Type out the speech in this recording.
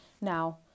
Now